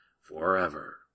forever